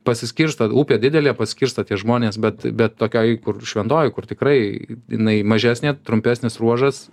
pasiskirsto upė didelė pasiskirsto tie žmonės bet bet tokioj kur šventoji kur tikrai jinai mažesnė trumpesnis ruožas